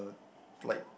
like